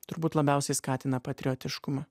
turbūt labiausiai skatina patriotiškumą